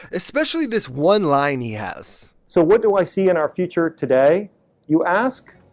especially this one line he has so what do i see in our future today you ask?